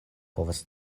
povas